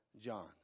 John